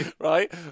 Right